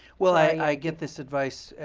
well, i get this advice.